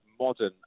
modern